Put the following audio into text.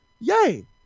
Yay